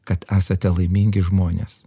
kad esate laimingi žmonės